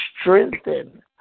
strengthen